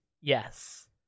Yes